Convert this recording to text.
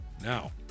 Now